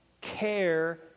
care